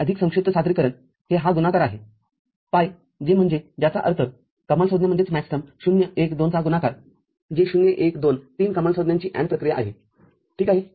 आणि अधिक संक्षिप्त सादरीकरण हे हा गुणाकार आहेपाय जे म्हणजेज्याचा अर्थकमाल संज्ञा०१२ चा गुणाकार जे ०१२ तीन कमाल संज्ञांची AND प्रक्रिया आहे ठीक आहे